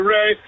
Ray